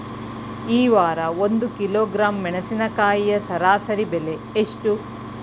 ಈ ವಾರ ಒಂದು ಕಿಲೋಗ್ರಾಂ ಮೆಣಸಿನಕಾಯಿಯ ಸರಾಸರಿ ಬೆಲೆ ಎಷ್ಟು?